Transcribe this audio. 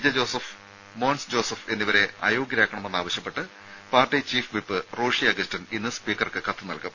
J Joseph Mons Joseph എന്നിവരെ അയോഗ്യരാക്കണമെന്ന് ആവശ്യപ്പെട്ട് party chief whip Roshy Augustine ഇന്ന് സ്പീക്കർക്ക് കത്ത് നൽകും